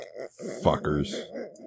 fuckers